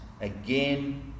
Again